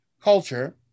culture